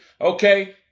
Okay